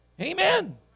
Amen